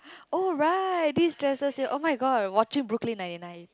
oh right distresses you oh-my-god watching Brooklyn-Nine-Nine